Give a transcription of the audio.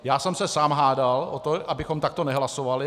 Já jsem se sám hádal o to, abychom takto nehlasovali.